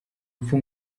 rupfu